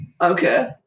Okay